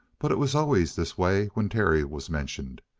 but it was always this way when terry was mentioned.